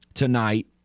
Tonight